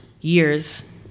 Years